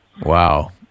Wow